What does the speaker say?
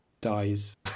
dies